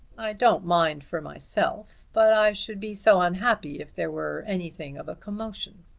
i don't mind for myself, but i should be so unhappy if there were anything of a commotion.